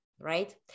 right